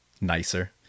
nicer